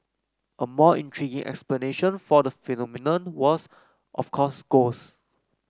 a more intriguing explanation for the phenomenon was of course ghosts